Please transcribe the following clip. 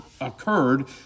occurred